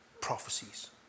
prophecies